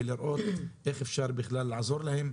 ולראות איך אפשר בכלל לעזור להם.